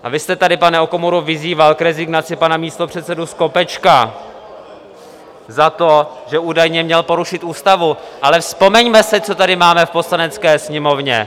Vy jste tady, pane Okamuro, vyzýval k rezignaci pana místopředsedu Skopečka za to, že údajně měl porušit ústavu, ale vzpomeňme si, co tady máme v Poslanecké sněmovně!